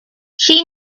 she